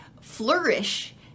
flourish